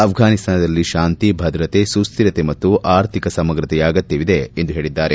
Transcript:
ಅಪ್ಫಾನಿಸ್ತಾನದಲ್ಲಿ ಶಾಂತಿ ಭದ್ರತೆ ಸುಕ್ವಿರತೆ ಮತ್ತು ಆರ್ಥಿಕ ಸಮಗ್ರತೆಯ ಅಗತ್ಭವಿದೆ ಎಂದು ಹೇಳಿದ್ದಾರೆ